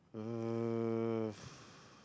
uh